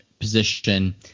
position